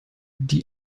die